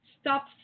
Stop